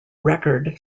record